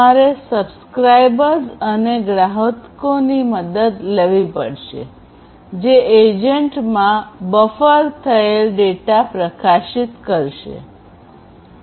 તમારે સબ્સ્ક્રાઇબર્સ અને ગ્રાહકોની મદદ લેવી પડશે જે એજન્ટમાં બફર થયેલ ડેટા પ્રકાશિત કરશે